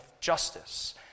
justice